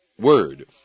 word